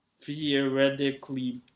theoretically